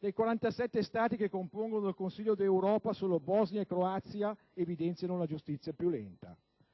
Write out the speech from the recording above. Dei 47 Stati che compongono il Consiglio d'Europa, solo Bosnia e Croazia evidenziano una giustizia più lenta.